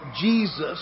Jesus